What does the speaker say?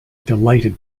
delighted